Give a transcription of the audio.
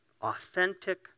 authentic